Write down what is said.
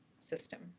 system